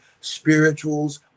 spirituals